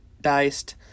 diced